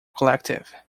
collective